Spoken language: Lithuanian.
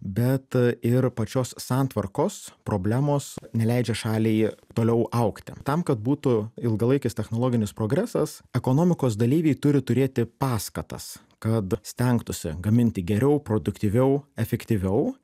bet ir pačios santvarkos problemos neleidžia šaliai toliau augti tam kad būtų ilgalaikis technologinis progresas ekonomikos dalyviai turi turėti paskatas kad stengtųsi gaminti geriau produktyviau efektyviau